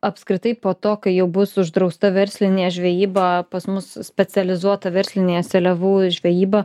apskritai po to kai jau bus uždrausta verslinė žvejyba pas mus specializuota verslinė seliavų žvejyba